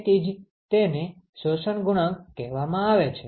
તેથી જ તેને શોષણ ગુણાંક કહેવામાં આવે છે